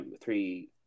three